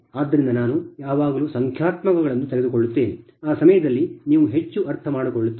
ಆದ್ದರಿಂದ ನಾನು ಯಾವಾಗ ಸಂಖ್ಯಾತ್ಮಕಗಳನ್ನು ತೆಗೆದುಕೊಳ್ಳುತ್ತೇನೆ ಆ ಸಮಯದಲ್ಲಿ ನೀವು ಹೆಚ್ಚು ಅರ್ಥಮಾಡಿಕೊಳ್ಳುವಿರಿ